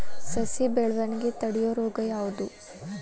ಸಸಿ ಬೆಳವಣಿಗೆ ತಡೆಯೋ ರೋಗ ಯಾವುದು?